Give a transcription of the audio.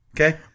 Okay